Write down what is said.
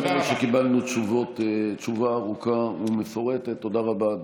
תודה, תודה רבה.